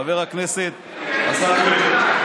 חבר הכנסת עסאקלה.